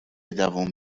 دووم